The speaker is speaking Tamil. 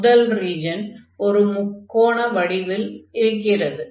முதல் ரீஜன் ஒரு முக்கோண வடிவத்தில் இருக்கிறது